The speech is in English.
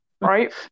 right